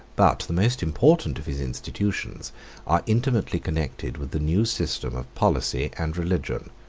but the most important of his institutions are intimately connected with the new system of policy and religion,